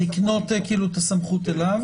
לקנות את הסמכות אליו?